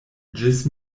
ĝis